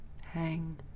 hang